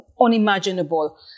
unimaginable